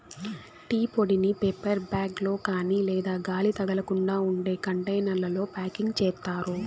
tea పొడిని paper bag లో కాని లేదా గాలి తగలకుండా ఉండే కంటైనర్లలో ప్యాకింగ్ చేత్తారు